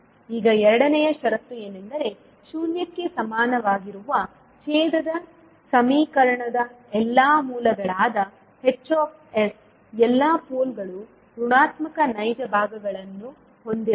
ಈಗ ಎರಡನೆಯ ಷರತ್ತು ಏನೆಂದರೆ ಶೂನ್ಯಕ್ಕೆ ಸಮಾನವಾಗಿರುವ ಛೇದದ ಸಮೀಕರಣದ ಎಲ್ಲಾ ಮೂಲಗಳಾದ H ಎಲ್ಲಾ ಪೋಲ್ಗಳು ಋಣಾತ್ಮಕ ನೈಜ ಭಾಗಗಳನ್ನು ಹೊಂದಿರಬೇಕು